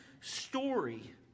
story